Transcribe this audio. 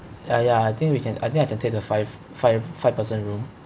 ya ya I think we can I think I can take the five five five person room